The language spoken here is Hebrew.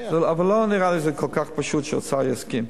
אבל לא נראה לי שזה כל כך פשוט שהשר יסכים.